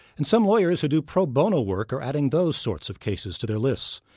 and some lawyers who do pro bono work are adding those sorts of cases to their lists.